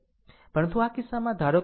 પરંતુ આ કિસ્સામાં ધારો કે RL